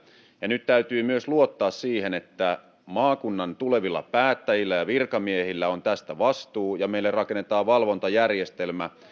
ja nyt täytyy myös luottaa siihen että maakunnan tulevilla päättäjillä ja virkamiehillä on tästä vastuu ja meille rakennetaan valvontajärjestelmä